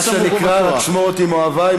מה שנקרא "רק שמור אותי מאוהבי,